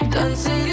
Dancing